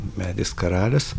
medis karalius